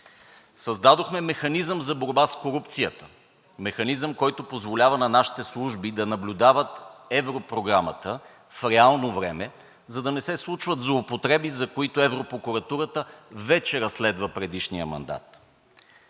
Създадохме механизъм за борба с корупцията. Механизъм, който позволява на нашите служби да наблюдават европрограмата в реално време, за да не се случват злоупотреби, за които европрокуратурата вече разследва предишния мандат.